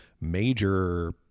major